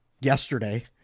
yesterday